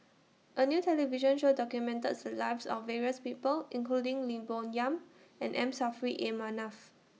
A New television Show documented The Lives of various People including Lim Bo Yam and M Saffri A Manaf